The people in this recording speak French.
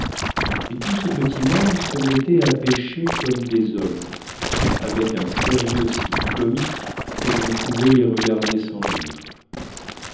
et tout ce petit monde se mettait à pêcher comme des hommes avec un sérieux si comique que je ne pouvais les regarder sans rire